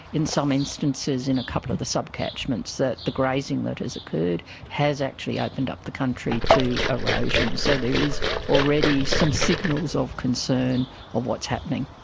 in some instances in a couple of the sub-catchments, that the grazing that has occurred has actually opened up the country to erosion. so there is already some signals of concern of what's happening.